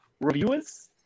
reviewers